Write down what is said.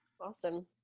awesome